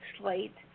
slate